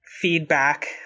feedback